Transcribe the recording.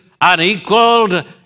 unequaled